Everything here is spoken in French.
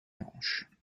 hanches